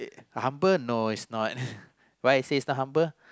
humble no it's not why I say it's not humble